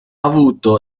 avuto